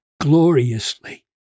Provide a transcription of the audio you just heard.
gloriously